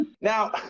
now